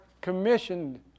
commissioned